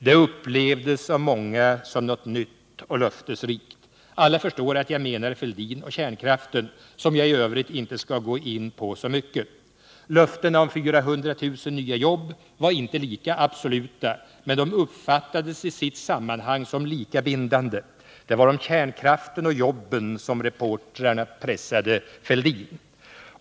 Det upplevdes av många som något nytt och förhoppningsfullt. Alla förstår att jag menar Fälldin och kärnkraften, som jag i övrigt inte skall gå in på så mycket. Löftena om 400 000 nya jobb var inte lika absoluta, men de uppfattades i sitt sammanhang som lika bindande. Det var om kärnkraften och jobben som reportrarna pressade Fälldin.